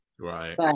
Right